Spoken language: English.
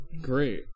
Great